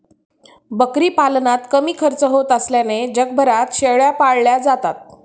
बकरी पालनात कमी खर्च होत असल्याने जगभरात शेळ्या पाळल्या जातात